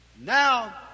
Now